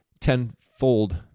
tenfold